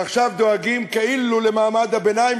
ועכשיו דואגים כאילו למעמד הביניים,